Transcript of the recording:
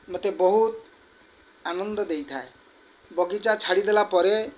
ମତେ ବହୁତ ଆନନ୍ଦ ଦେଇଥାଏ ବଗିଚା ଛାଡ଼ିଦେଲା ପରେ